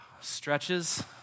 stretches